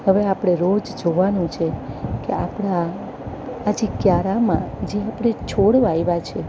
હવે આપણે રોજ જોવાનું છે કે આપણા આજે ક્યારામાં જે આપણે છોડ વાવ્યા છે